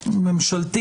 ממשלתי.